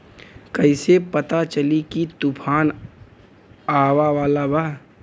कइसे पता चली की तूफान आवा वाला बा?